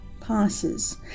passes